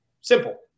Simple